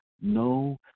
no